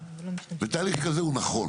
ותהליך כזה הוא נכון.